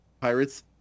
pirates